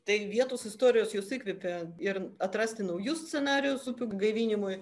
tai vietos istorijos jus įkvepia ir atrasti naujus scenarijus upių gaivinimui